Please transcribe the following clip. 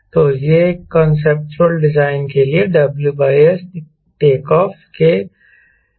तो यह conceptual design के लिए WS टेक ऑफ के कंक्लुजन को लाता है